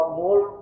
more